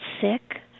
sick